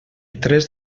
tres